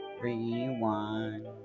rewind